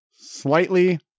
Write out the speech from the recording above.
Slightly